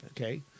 Okay